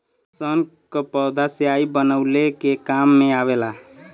सन क पौधा स्याही बनवले के काम मे आवेला